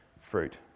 Fruit